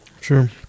Sure